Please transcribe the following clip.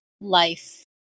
life